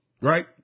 Right